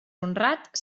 honrat